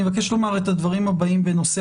אני מבקש לומר את הדברים הבאים בנושא